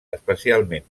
especialment